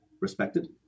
respected